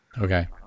Okay